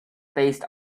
faced